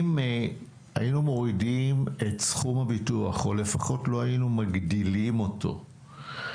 אם היינו מורידים את סכום הביטוח או לפחות לא היינו מגדילים אותו,